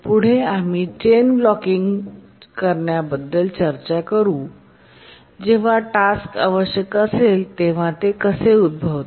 पुढे आम्ही chain blocking करण्याबद्दल चर्चा करू जेव्हा टास्क आवश्यक असेल तेव्हा ते कसे उद्भवते